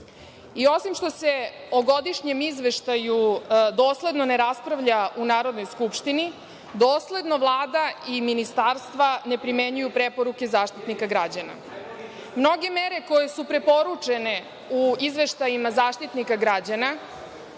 što se o godišnjem izveštaju dosledno ne raspravlja u Narodnoj skupštini, dosledno Vlada i ministarstva ne primenjuju preporuke Zaštitnika građana. Mnoge mere koje su preporučene u izveštajima Zaštitnika građana